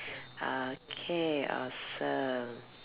okay awesome